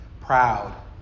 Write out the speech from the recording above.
Proud